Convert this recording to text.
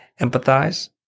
empathize